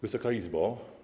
Wysoka Izbo!